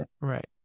Right